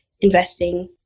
investing